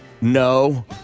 no